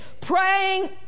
praying